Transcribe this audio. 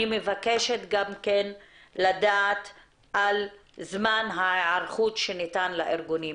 אני מבקשת גם כן לדעת על זמן ההיערכות שניתן לארגונים.